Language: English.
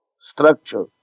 structure